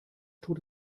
tut